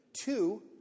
Two